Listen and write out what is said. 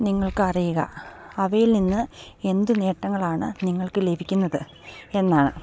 നിങ്ങൾക്കറിയുക അവയിൽ നിന്ന് എന്ത് നേട്ടങ്ങളാണ് നിങ്ങൾക്ക് ലഭിക്കുന്നത് എന്നാണ്